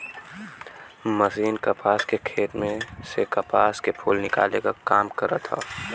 machine कपास के खेत में से कपास के फूल निकाले क काम करत हौ